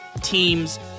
teams